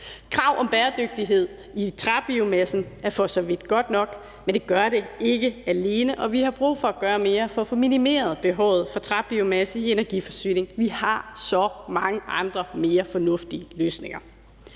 Krav om bæredygtighed i træbiomasse er for så vidt godt nok, men det gør det ikke alene, og vi har brug for at gøre mere for at få minimeret behovet for træbiomassen i energiforsyningen. Vi har så mange andre mere fornuftige løsninger.